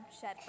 shed